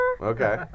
Okay